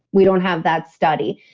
we don't have that study.